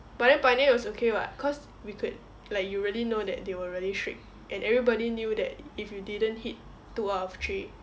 but then pioneer was okay [what] cause we could like you really know that they were really strict and everybody knew that if you didn't hit two out of three